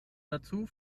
dazu